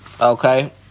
okay